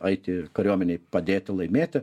eiti kariuomenei padėti laimėti